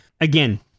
again